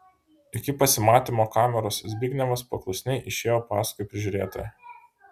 iš pasimatymo kameros zbignevas paklusniai išėjo paskui prižiūrėtoją